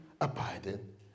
abiding